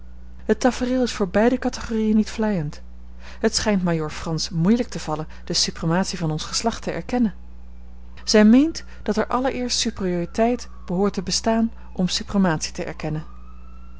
het tafereel is voor beide categoriën niet vleiend het schijnt majoor frans moeielijk te vallen de suprematie van ons geslacht te erkennen zij meent dat er allereerst superioriteit behoort te bestaan om suprematie te erkennen